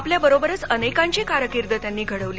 आपल्याबरोबरच अनेकांची कारकीर्द त्यांनी घडवली